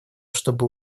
чтобы